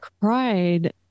cried